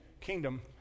Kingdom